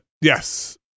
yes